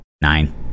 Nine